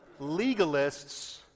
Legalists